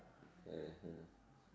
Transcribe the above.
mmhmm